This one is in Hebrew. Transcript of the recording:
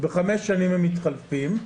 חמש שנים הם מתחלפים,